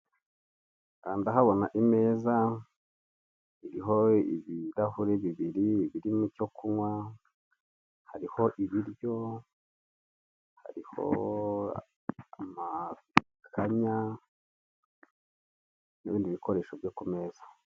Aha ndahabona imeza iriho ibirahure bibiri birimo icyo kunywa, hariho ibiryo, hariho amakanya n'ibindi bikoresho byo kumeza.